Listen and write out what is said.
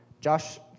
Josh